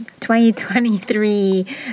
2023